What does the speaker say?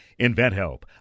InventHelp